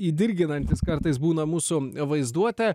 įdirginantis kartais būna mūsų vaizduotę